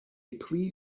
plea